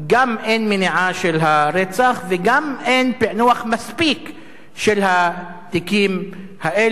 גם אין מניעה של הרצח וגם אין פענוח מספיק של התיקים האלה.